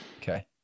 Okay